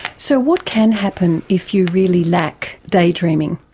so what can happen if you really lack daydreaming?